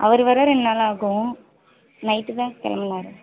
அவர் வர ரெண்டு நாள் ஆகும் நைட் தான் கிளம்புனாரு